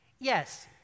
Yes